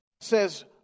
says